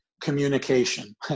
communication